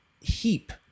heap